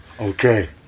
Okay